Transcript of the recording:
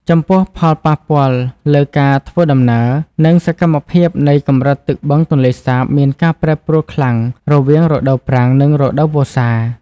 ចំពោះ ផលប៉ះពាល់លើការធ្វើដំណើរ និងសកម្មភាពនៃកម្រិតទឹកបឹងទន្លេសាបមានការប្រែប្រួលខ្លាំងរវាងរដូវប្រាំងនិងរដូវវស្សា។